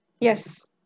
Yes